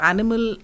Animal